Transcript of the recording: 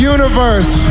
Universe